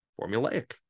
formulaic